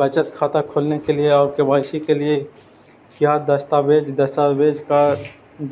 बचत खाता खोलने के लिए और के.वाई.सी के लिए का क्या दस्तावेज़ दस्तावेज़ का